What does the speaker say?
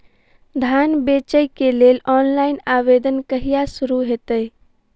धान बेचै केँ लेल ऑनलाइन आवेदन कहिया शुरू हेतइ?